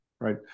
Right